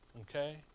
Okay